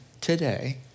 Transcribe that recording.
today